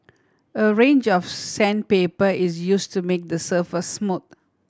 a range of sandpaper is use to make the surface smooth